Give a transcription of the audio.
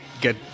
get